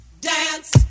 Dance